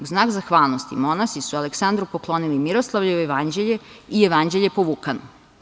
U znak zahvalnosti, monasi su Aleksandru poklonili Miroslavljevo jevanđelje i Jevanđelje po Vukanu.